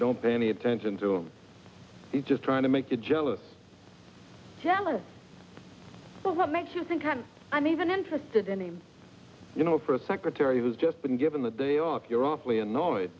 don't pay any attention to him he's just trying to make you jealous jealous but what makes you think i'm even interested in him you know for a secretary who has just been given the day off you're awfully annoyed